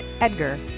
Edgar